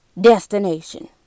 destination